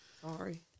Sorry